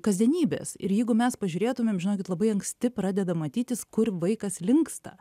kasdienybės ir jeigu mes pažiūrėtumėm žinokit labai anksti pradeda matytis kur vaikas linksta